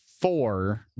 four